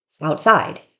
outside